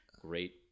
great